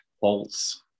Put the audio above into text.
Bolts